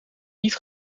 niet